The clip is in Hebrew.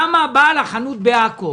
למה בעל החנות בעכו